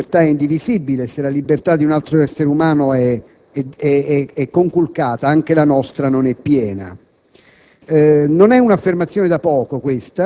Kennedy diceva che la libertà è indivisibile: se la libertà di un altro essere umano è conculcata, anche la nostra non è piena.